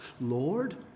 Lord